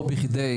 לא בכדי,